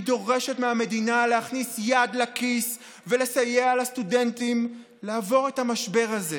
היא דורשת מהמדינה להכניס יד לכיס ולסייע לסטודנטים לעבור את המשבר הזה